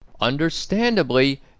Understandably